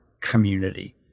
community